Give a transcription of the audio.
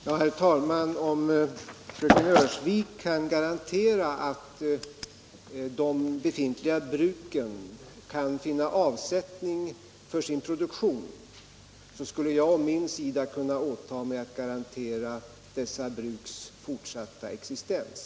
Herr talman! Om fröken Öhrsvik kan garantera att de befintliga bruken skall finna avsättning för sin produktion, så skulle jag å min sida kunna åta mig att garantera dessa bruks fortsatta existens.